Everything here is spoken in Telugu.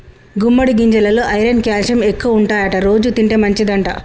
గుమ్మడి గింజెలల్లో ఐరన్ క్యాల్షియం ఎక్కువుంటాయట రోజు తింటే మంచిదంట